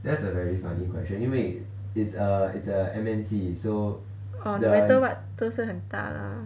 orh no matter what 都是很大 lah